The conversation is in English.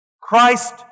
Christ